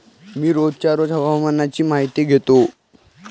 मी रोजच्या रोज हवामानाची माहितीही घेतो